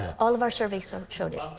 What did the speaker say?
all of our surveys so showed it.